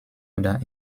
oder